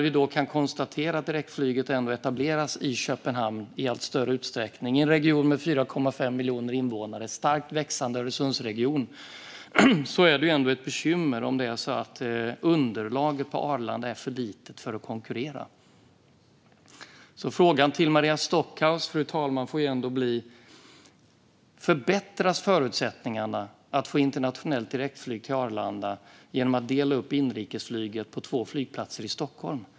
Vi kan konstatera att direktflyget ändå etableras i Köpenhamn i allt större utsträckning. Det är en region med 4,5 miljoner invånare och med en starkt växande Öresundsregion. Det är ändå ett bekymmer om underlaget på Arlanda är för litet för att konkurrera. Fru talman! Frågan till Maria Stockhaus får bli: Förbättras förutsättningarna att få internationellt direktflyg till Arlanda av att man delar upp inrikesflyget på två flygplatser i Stockholm?